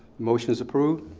motion is approved.